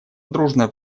дружно